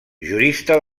jurista